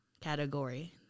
category